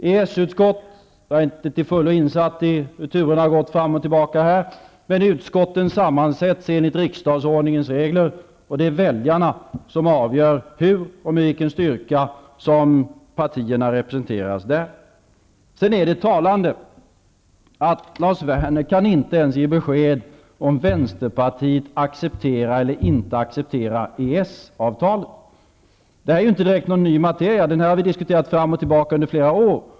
Jag är inte till fullo insatt i hur turerna har gått fram och tillbaka när det gäller tillsättandet av EES-utskottet, men utskotten sammansätts enligt riksdagsordningens regler, och det är väljarna som avgör hur och med vilken styrka partierna där representeras. Det är talande att Lars Werner inte ens kan ge besked i frågan, om Vänsterpartiet accepterar eller inte accepterar EES-avtalet. Det här är ju inte direkt någon ny materia -- den har vi diskuterat fram och tillbaka under flera år.